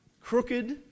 crooked